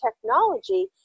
technology